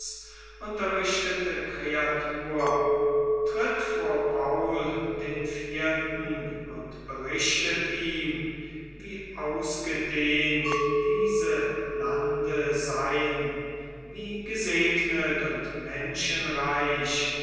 unterrichtete kreatur tritt vor paul den vierten und berichtet ihm wie ausgedehnt diese lande seien wie gesegnet und